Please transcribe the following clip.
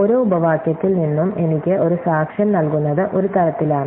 ഓരോ ഉപവാക്യത്തിൽ നിന്നും എനിക്ക് ഒരു സാക്ഷ്യം നൽകുന്നത് ഒരു തരത്തിലാണ്